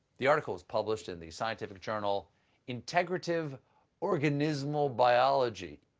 the article was published in the scientific journal integrative organismal biology,